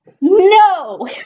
no